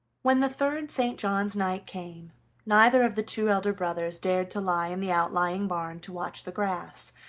when the third st. john's night came neither of the two elder brothers dared to lie in the outlying barn to watch the grass,